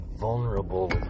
vulnerable